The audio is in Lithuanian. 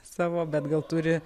savo bet gal turi